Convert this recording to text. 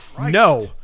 No